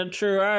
true